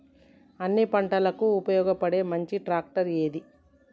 అన్ని పంటలకు ఉపయోగపడే మంచి ట్రాక్టర్ ఏది?